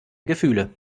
gefühle